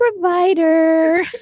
provider